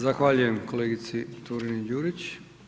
Zahvaljujem kolegici Turini Đurić.